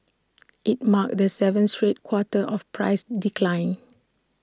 IT marked the seventh straight quarter of price decline